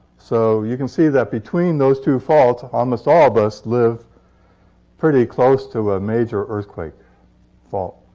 so you can see that, between those two faults, almost all of us live pretty close to a major earthquake fault.